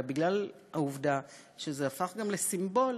אלא בגלל העובדה שזה הפך גם לסימבול,